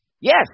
Yes